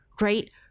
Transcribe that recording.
right